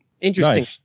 Interesting